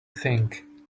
thing